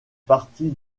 partie